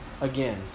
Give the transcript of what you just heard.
again